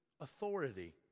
authority